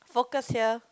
focus here